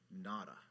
nada